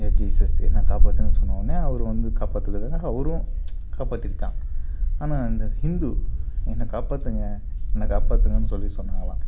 ஏ Jesus என்னை காப்பாற்றுங்கனு சொன்னவுடனே அவர் வந்து காப்பாத்ததுனால் அவரும் காப்பாற்றிட்டான் ஆனால் இந்த ஹிந்து என்னை காப்பாற்றுங்க என்னை காப்பாற்றுங்கனு சொல்லி சொன்னாங்களாம்